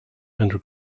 andrew